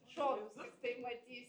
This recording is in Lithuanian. šonus tiktai matys